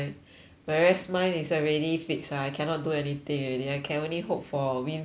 whereas mine is already fix ah I cannot do anything already I can only hope for win four